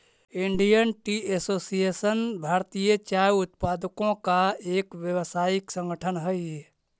Indian Tea Association भारतीय चाय उत्पादकों का एक व्यावसायिक संगठन हई